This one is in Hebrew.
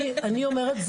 אני אומרת,